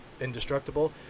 indestructible